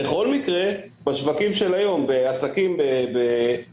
בכל מקרה בשווקים של היום, בעסקים גם